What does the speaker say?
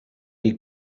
you